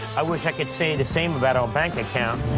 i wish i could say the same about our bank account.